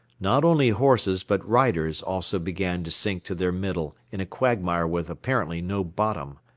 not only horses but riders also began to sink to their middle in a quagmire with apparently no bottom.